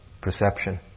perception